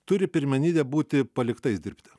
turi pirmenybę būti paliktais dirbti